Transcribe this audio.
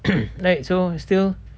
right so still